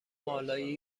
مالایی